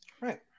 Right